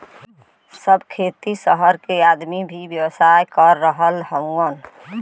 सब खेती सहर के आदमी भी व्यवसाय कर रहल हउवन